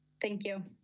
thank you.